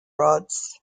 rods